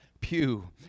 pew